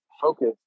focus